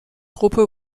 gruppe